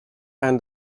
and